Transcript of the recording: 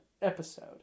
episode